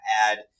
add